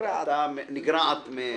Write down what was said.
נגרעת ממך.